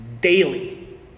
daily